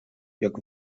jak